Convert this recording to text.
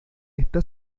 está